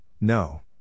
no